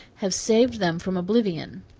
have saved them from oblivion.